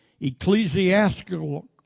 Ecclesiastical